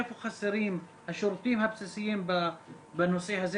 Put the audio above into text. איפה חסרים השירותים הבסיסיים בנושא הזה